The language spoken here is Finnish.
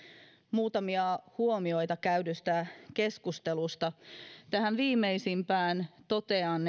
muutamia huomioita käydystä keskustelusta tähän viimeisimpään totean